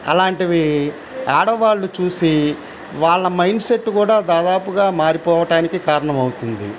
అలాంటివి ఆడవాళ్లు చూసి వాళ్ళ మైండ్సెట్ కూడా దాదాపుగా మారిపోవటానికి కారణమవుతుంది